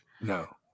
No